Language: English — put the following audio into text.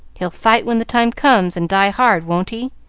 he'll fight when the time comes, and die hard, won't he?